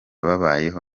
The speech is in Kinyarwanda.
babayeho